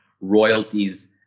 royalties